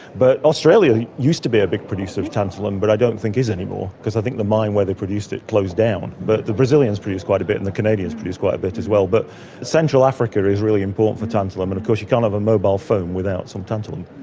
but australia used to be a big producer of tantalum but i don't think is anymore because i think the mine that produced it closed down. but the brazilians produce quite a bit and the canadians produce quite a bit as well. but central africa is really important for tantalum, and of course you can't have a mobile phone without some tantalum.